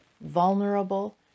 vulnerable